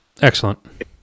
Excellent